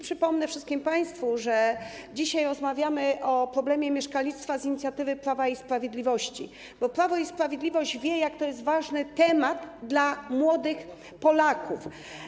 Przypomnę wszystkim państwu, że dzisiaj rozmawiamy o problemie mieszkalnictwa z inicjatywy Prawa i Sprawiedliwości, bo Prawo i Sprawiedliwość wie, jak to jest ważny temat dla młodych Polaków.